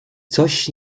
coś